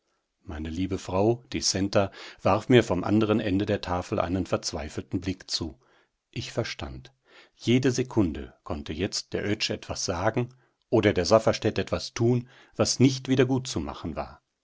meine liebe frau die centa warf mir vom anderen ende der tafel einen verzweifelten blick zu ich verstand jede sekunde konnte jetzt der oetsch etwas sagen oder der safferstätt etwas tun was nicht wieder gutzumachen war